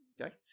Okay